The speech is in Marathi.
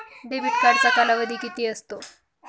डेबिट कार्डचा कालावधी किती असतो?